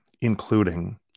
including